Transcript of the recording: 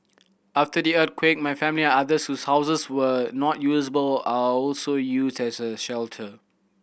after the earthquake my family and others shoes houses were not usable are also used as a shelter